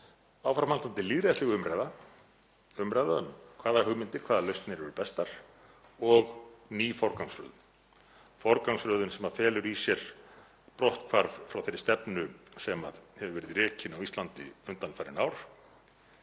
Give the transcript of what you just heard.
Áframhaldandi lýðræðisleg umræða, umræða um hvaða hugmyndir, hvaða lausnir eru bestar og ný forgangsröðun, forgangsröðun sem felur í sér brotthvarf frá þeirri stefnu sem hefur verið rekin á Íslandi undanfarin ár.